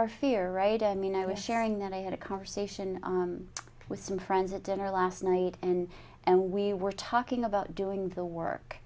our fear right i mean i was sharing that i had a conversation with some friends at dinner last night and and we were talking about doing the work